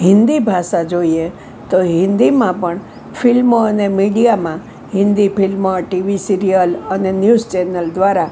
હિન્દી ભાષા જોઈએ તો હિન્દીમાં પણ ફિલ્મો અને મીડિયામાં હિન્દી ફિલ્મ ટીવી સીરીયલ અને ન્યૂઝ ચેનલ દ્વારા